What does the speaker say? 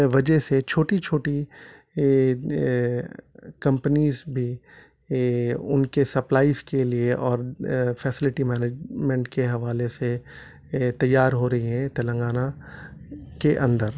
وجہ سے چھوٹی چھوٹی کمپنیز بھی ان کے سپلائز کے لیے اور فیسلیٹی مینجمنٹ کے حوالے سے تیار ہو رہی ہیں تلنگانہ کے اندر